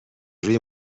روی